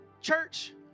Church